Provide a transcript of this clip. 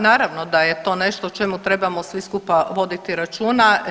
Naravno da je to nešto o čemu trebamo svi skupa voditi računa.